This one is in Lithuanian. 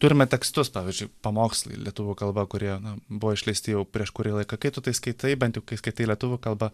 turime tekstus pavyzdžiui pamokslai lietuvių kalba kurie na buvo išleisti jau prieš kurį laiką kai tu tai skaitai bent jau kai skaitai lietuvių kalba